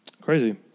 Crazy